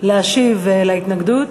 להשיב על ההתנגדות.